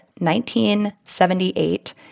1978